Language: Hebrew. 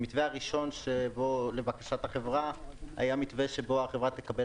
המתווה הראשון היה המתווה שבו החברה תקבל